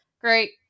Great